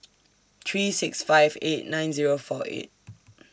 three six five eight nine Zero four eight